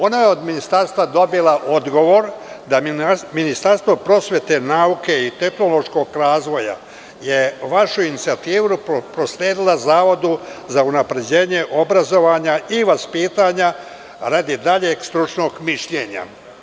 Ona je od ministarstva dobila odgovor da je Ministarstvo prosvete, nauke i tehnološkog razvoja vašu inicijativu prosledilo Zavodu za unapređenje obrazovanja i vaspitanja, radi daljeg stručnog mišljenja.